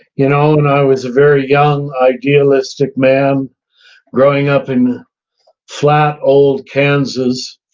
you know, when i was a very young idealistic man growing up in flat old kansas,